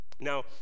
Now